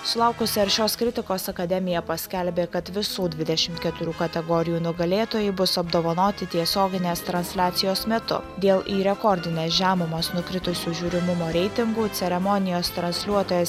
sulaukusi aršios kritikos akademija paskelbė kad visų dvidešimt keturių kategorijų nugalėtojai bus apdovanoti tiesioginės transliacijos metu dėl į rekordines žemumas nukritusios žiūrimumo reitingų ceremonijos transliuotojas